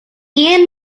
ian